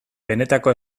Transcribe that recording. benetako